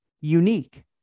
unique